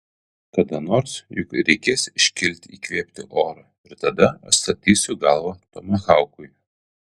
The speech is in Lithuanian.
kada nors juk reikės iškilti įkvėpti oro ir tada atstatysiu galvą tomahaukui